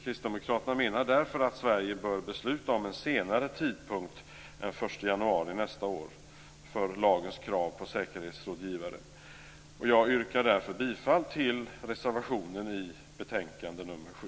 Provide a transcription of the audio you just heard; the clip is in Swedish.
Kristdemokraterna menar därför att Sverige bör besluta om en senare tidpunkt än den 1 januari nästa år för lagens krav på säkerhetsrådgivare. Jag yrkar därför bifall till reservationen i försvarsutskottets betänkande nr 7.